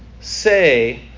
say